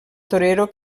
torero